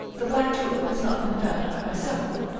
the black tulip has not been found by myself.